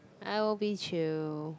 I will be chill